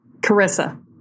Carissa